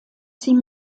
sie